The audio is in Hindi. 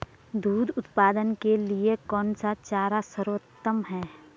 दूध उत्पादन के लिए कौन सा चारा सर्वोत्तम है?